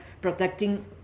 protecting